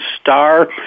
Star